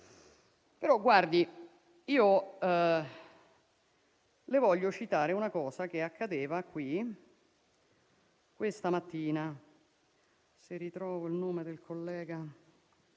Però, guardi, le voglio citare una cosa che accadeva qui questa mattina,